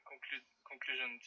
Conclusion